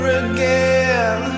again